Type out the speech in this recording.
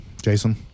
Jason